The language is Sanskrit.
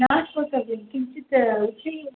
न श्रोतव्यं किञ्चित् उच्चैः